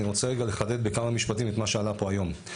אני רוצה רגע לחדד בכמה משפטים את מה שעלה פה היום.